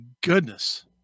goodness